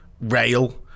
rail